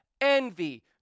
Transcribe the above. envy